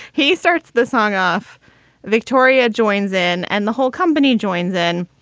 he starts the song off victoria joins in. and the whole company join then.